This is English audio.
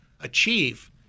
achieve